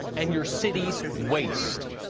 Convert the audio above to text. and your cities waste.